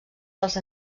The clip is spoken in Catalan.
dels